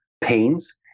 pains